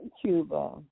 Cuba